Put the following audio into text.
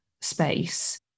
space